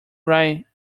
right